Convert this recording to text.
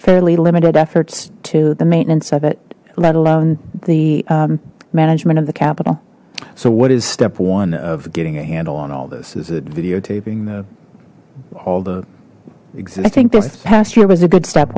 fairly limited efforts to the maintenance of it let alone the management of the capital so what is step one of getting a handle on all this is it videotaping the all the i think this past year was a good step